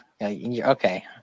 okay